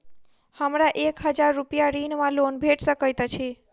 हमरा एक हजार रूपया ऋण वा लोन भेट सकैत अछि?